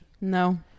no